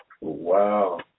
Wow